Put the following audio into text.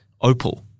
opal